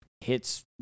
hits